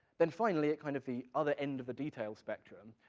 then finally, at kind of the other end of the detail spectrum,